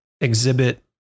exhibit